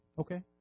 Okay